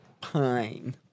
pine